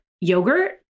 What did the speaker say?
yogurt